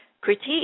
critique